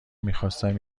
میخواستم